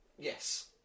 Yes